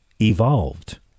evolved